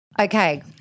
Okay